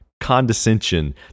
Condescension